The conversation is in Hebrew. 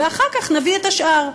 ואחר כך נביא את השאר.